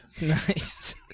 Nice